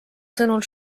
sõnul